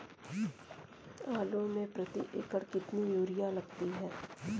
आलू में प्रति एकण कितनी यूरिया लगती है?